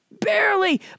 barely